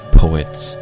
poets